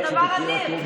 זה דבר אדיר.